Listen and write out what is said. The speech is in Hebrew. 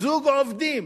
זוג עובדים,